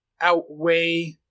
outweigh